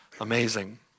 Amazing